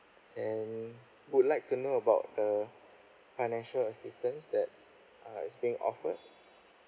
and would like to know about the financial assistance that uh is being offered